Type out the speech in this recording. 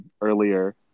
earlier